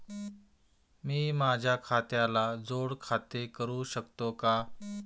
मी माझ्या खात्याला जोड खाते करू शकतो का?